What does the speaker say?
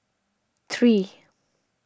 three